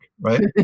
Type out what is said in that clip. right